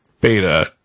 Beta